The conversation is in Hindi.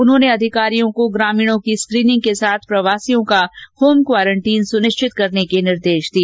उन्होंने अधिकारियों को ग्रामीणों की स्कीनिंग के साथ प्रवासियों का होम क्वारेंटीन सुनिश्चित करने के निर्देश दिए